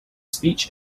speech